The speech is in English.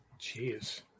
Jeez